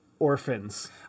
orphans